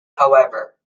however